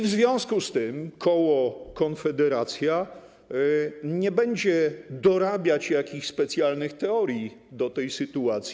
W związku z tym koło Konfederacja nie będzie dorabiać jakichś specjalnych teorii do tej sytuacji.